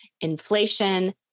inflation